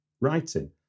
writing